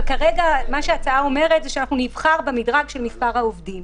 אבל כרגע ההצעה אומרת שאנחנו נבחר במדרג של מספר העובדים.